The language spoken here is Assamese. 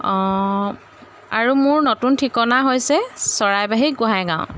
অঁ আৰু মোৰ নতুন ঠিকনা হৈছে চৰাইবাহী গোহাঁই গাঁও